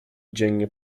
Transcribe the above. dziennie